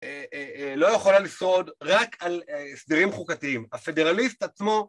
לא יכולה לשרוד רק על סדרים חוקתיים, הפדרליסט עצמו